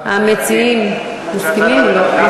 אבל יש